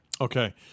Okay